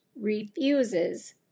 refuses